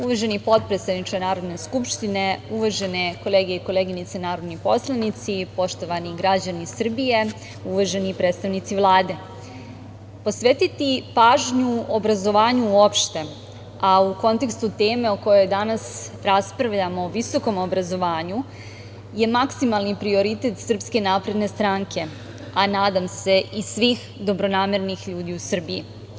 Uvaženi potpredsedniče Narodne skupštine, uvažene kolege i koleginice narodni poslanici, poštovani građani Srbije, uvaženi predstavnici Vlade, posvetiti pažnju obrazovanju uopšte, a u kontekstu teme o kojoj danas raspravljamo o visokom obrazovanju je maksimalni prioritet SNS, a nadam se i svih dobronamernih ljudi u Srbiji.